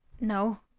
No